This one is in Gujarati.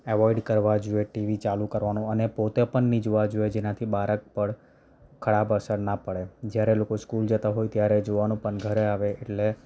એવોઈડ કરવા જોઈએ ટીવી ચાલુ કરવાનું અને પોતે પણ નહીં જોવા જોઈએ જેનાથી બાળક પર ખરાબ અસર ન પડે જ્યારે એ લોકો સ્કૂલ જતા હોય ત્યારે જોવાનું પણ ઘરે આવે એટલે